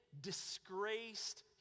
disgraced